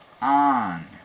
on